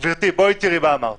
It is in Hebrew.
גברתי, בואי תראי מה אמרת: